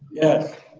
yes.